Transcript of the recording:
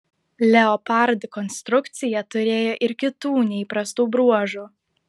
leopard konstrukcija turėjo ir kitų neįprastų bruožų